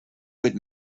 would